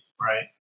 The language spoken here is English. Right